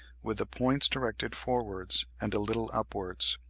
with the points directed forwards and a little upwards.